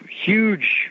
huge